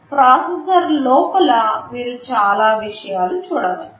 processor లోపల మీరు చాలా విషయాలు చూడవచ్చు